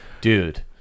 dude